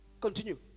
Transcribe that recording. Continue